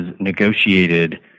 negotiated